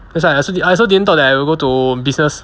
that's why I also didn't thought that I will go to business